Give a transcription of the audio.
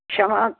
ਸਮਾਂ